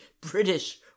British